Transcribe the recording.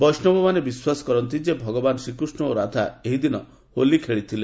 ବୈଷ୍ଣବମାନେ ବିଶ୍ୱାସ କରନ୍ତି ଯେ ଭଗବାନ ଶ୍ରୀକୃଷ୍ଣ ଓ ରାଧା ଏହି ଦିନ ହୋଲି ଖେଳିଥିଲେ